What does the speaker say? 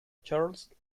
charles